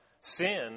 Sin